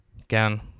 again